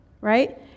right